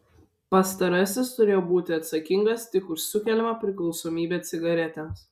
pastarasis turėjo būti atsakingas tik už sukeliamą priklausomybę cigaretėms